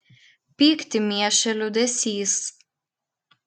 pyktį miešė liūdesys